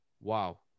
wow